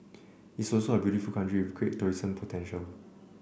it's also a beautiful country with great tourism potential